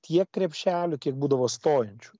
tiek krepšelių kiek būdavo stojančių